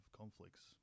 conflicts